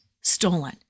stolen